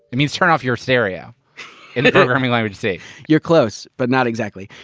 it means turn off your stereo in the programming language c you're close, but not exactly.